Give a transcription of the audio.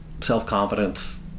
self-confidence